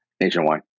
Nationwide